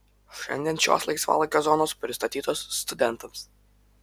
šiandien šios laisvalaikio zonos pristatytos studentams